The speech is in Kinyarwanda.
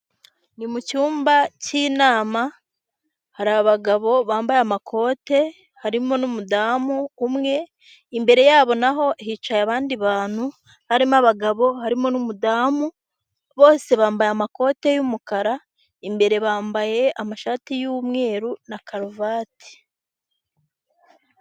Ni mu cyumba k'inama, hari abagabo bambaye amakote, harimo n'umudamu umwe, imbere yabo naho hicaye abandi bantu, harimo abagabo harimo n'umudamu, bose bambaye amakoti y'umukara, imbere bambaye amashati y'umweru na karuvati.